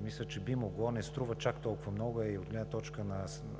Мисля, че би могло, не струва чак толкова много, а и от гледна точка на